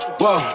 whoa